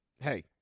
Hey